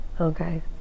Okay